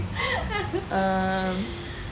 um